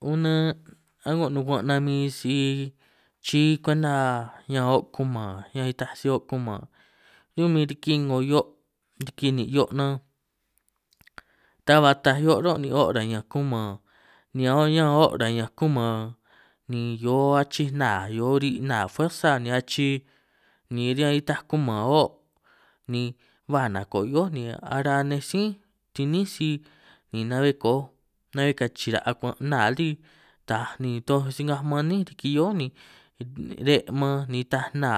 A'ngo nuguan' nan mi si chii kwenta ñan oo' kuman ñan nitaj si oo' kuman, run' bin riki 'ngo hio' riki nin' hio' nan ta ba taaj hio' ro', ni o' ra'ñanj kuman ni ñan o' ra'ñanj kuman ni hio achij nna hio ri' nna fuersa, ni achi ni riñan nitaj kuman oo' ni ba nako hio'ó ni araj nej sí ti'ní sij, ni na'bbe kooj na'bbe kachira' akuan' nna lí taaj ni toj si ngaj maan 'nín riki hioó, ni re' man ni itaj nna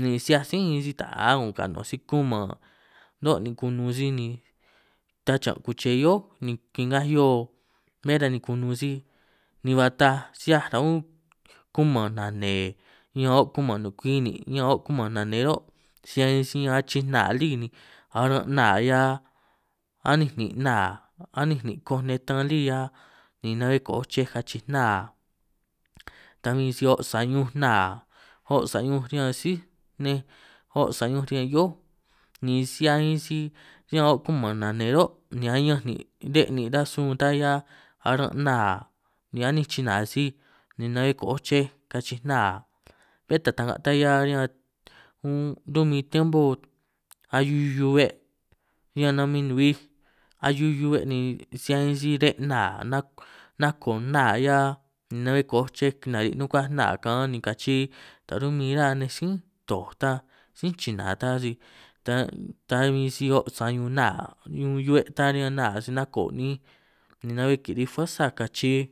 ni si 'hiaj sí bin si ta a' kanao' sij kuman ro' ni kununj sij, ni ta chiñan' kuche hioó ni kingaj 'hio bé tan ni kunun sij, ni ba taaj si 'hiaj ra' un kuman nane ñan ao' kuman nukwi ni ñan ao' kuman nanee ro', si ñan achij nna lí ni aran' nna 'hia aninj nin' nna aninj nin' koj netan lí 'hia, ni na'bbe kooj chej kachij nna ta bin si o' sañunj nna o' sañunj riñan sí' nej o' sañunj riñan hioó, ni si 'hia min si riñan kuman nane ro' ni añanj ni re' nin' rasun ta 'hia, aran' nna ni anínj china sij ni na'bbe kooj chej kachij nna, bé ta ta'nga ta 'hia riñan' un' run' bin tiempo ahiu hiu hiu 'be' ñan namin nuhuij ahiu hiu hiu 'be', ni si 'hia min si re' nna nako nna 'hia ni na'bbe kooj chej kinari' nukuaj nna kaan, ni kachi ta run' min ra nej si tooj tan sí china ta si ta bin si hio' sañun nna hiu hiu 'be', ta riñan nna si nako ni'inj ni na'bbe kiri'ij fuersa kachi.